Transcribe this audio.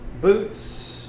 boots